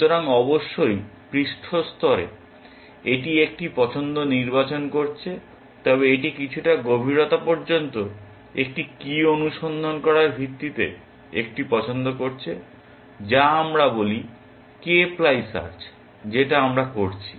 সুতরাং অবশ্যই পৃষ্ঠ স্তরে এটি একটি পছন্দ নির্বাচন করছে তবে এটি কিছুটা গভীরতা পর্যন্ত একটি কী অনুসন্ধান করার ভিত্তিতে একটি পছন্দ করছে যা আমরা বলি k প্লাই সার্চ যেটা আমরা করছি